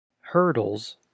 hurdles